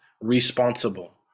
responsible